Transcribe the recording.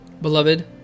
beloved